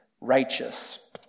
righteous